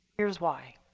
here's why.